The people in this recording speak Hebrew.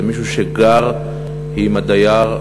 זה מישהו שגר עם הדייר,